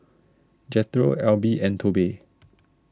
Jethro Alby and Tobe